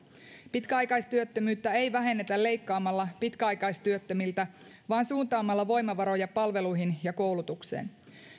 pitkäaikaistyöttömyyttä ei vähennetä leikkaamalla pitkäaikaistyöttömiltä vaan suuntaamalla voimavaroja palveluihin ja koulutukseen